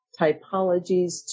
typologies